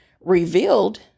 revealed